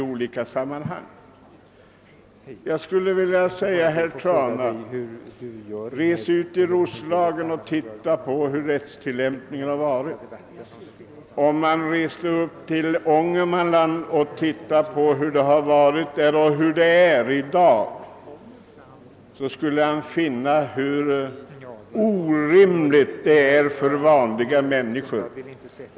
Om herr Trana reser ut till Roslagen och studerar hurudan rättstillämpningen har varit eller far till Ångermanland och ser hur det är i dag, finner han hur orimliga förhållandena är för vanliga människor.